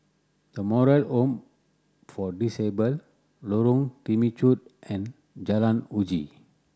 The Moral Home for Disabled Lorong Temechut and Jalan Uji